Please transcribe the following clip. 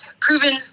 proven